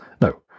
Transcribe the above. No